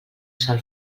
sol